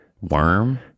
Worm